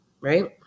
right